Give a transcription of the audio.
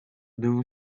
dune